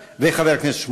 לשאילתה.